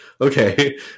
Okay